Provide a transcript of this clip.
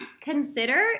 consider